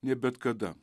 nei bet kada